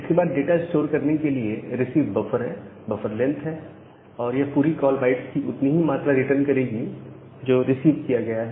इसके बाद data store करने के लिए रिसीव बफर है बफर लेंथ है और यह पूरी कॉल बाईट्स की उतनी मात्रा रिटर्न करेगी जो रिसीव किया गया है